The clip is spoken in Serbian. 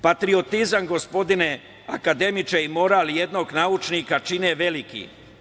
Patriotizam, gospodine akademiče, i moral jednog naučnika čine velikim.